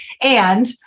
And-